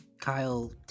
Kyle